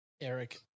Eric